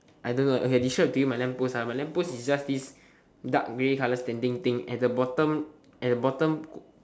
I don't know okay I describe to you my lamp post ah my lamp post is just this dark grey colour standing thing at the bottom at the bottom